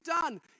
done